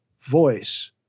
voice